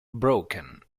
broken